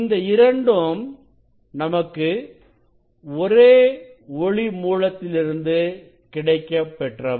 இந்த இரண்டும் நமக்கு ஒரே ஒளி மூலத்திலிருந்து கிடைக்கப் பெற்றவை